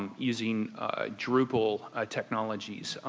um using drupal technologies.